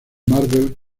marvel